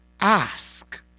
ask